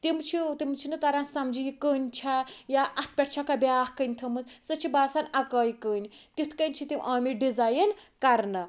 تِم چھِ تِم چھِ نہٕ تَران سَمجی یہِ کٔنۍ چھےٚ یا اتھ پیٹھ چھَکھا بیاکھ کٔنۍ تھٲمٕژ سۄ چھِ باسان اَکٕے کٔنۍ تِتھ کنۍ چھِ تِم آمٕتۍ ڈِزاین کَرنہٕ